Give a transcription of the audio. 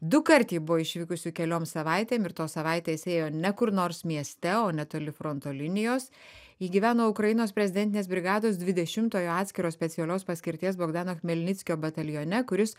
dukart ji buvo išvykusi keliom savaitėm ir tos savaitės ėjo ne kur nors mieste o netoli fronto linijos ji gyveno ukrainos prezidentinės brigados dvidešimtojo atskiro specialios paskirties bogdano chmelnickio batalione kuris